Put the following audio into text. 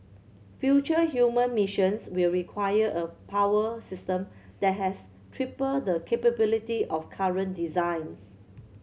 future human missions will require a power system that has triple the capability of current designs